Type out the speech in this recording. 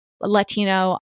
Latino